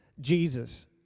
Jesus